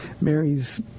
Mary's